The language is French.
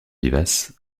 vivace